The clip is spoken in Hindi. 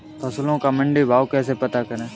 फसलों का मंडी भाव कैसे पता करें?